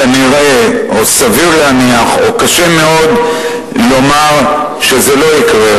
כנראה או סביר להניח או קשה לומר שזה לא יקרה.